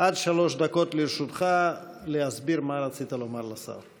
עד שלוש דקות לרשותך להסביר מה רצית לומר לשר.